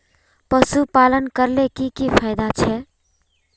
पशुपालन करले की की फायदा छे?